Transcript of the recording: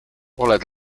oled